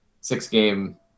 six-game